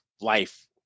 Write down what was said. life